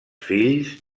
fills